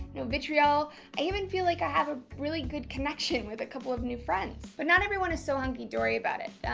no vitriol i even feel like i have a really good connection with a couple of new friends but not everyone is so hunky-dory about it.